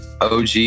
OG